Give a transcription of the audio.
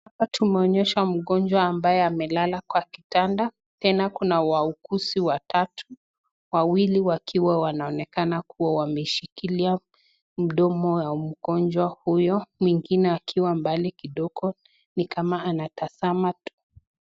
Hapa tumeonyeshwa mgonjwa ambaye amelala kwa kitanda, tena kuna wauguzi watatu, wawili wakiwa wanaonekana kuwa wameshikilia mdomo ya mgonjwa huyo, mwingine akiwa mbali kidogo ni kama anatazama.